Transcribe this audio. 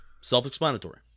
self-explanatory